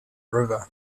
river